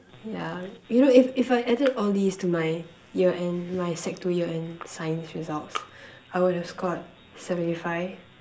ya you know if if I added all these to my year end my sec two year end science results I would have scored seventy five